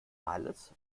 alles